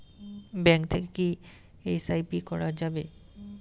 Bank থেকে কী SIP করা যাবে?